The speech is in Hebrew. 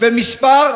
למעט שר